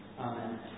Amen